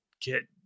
get